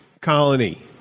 colony